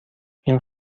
این